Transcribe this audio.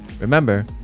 Remember